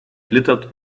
glittered